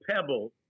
pebble